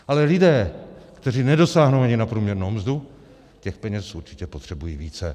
Ale lidé, kteří nedosáhnou ani na průměrnou mzdu, těch peněz určitě potřebují více.